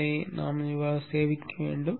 அதை சேமிக்கவும்